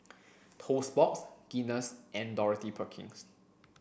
Toast Box Guinness and Dorothy Perkins